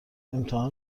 امتحان